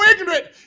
ignorant